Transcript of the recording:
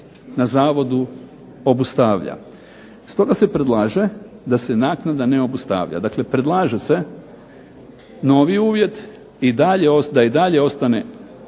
na Zavodu obustavlja. Stoga se predlaže da se naknada ne obustavlja, dakle predlaže se novi uvjet i dalje ostane